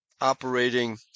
operating